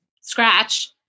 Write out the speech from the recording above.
scratch